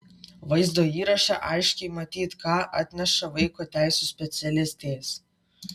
vaizdo įraše aiškiai matyti ką atsineša vaiko teisių specialistės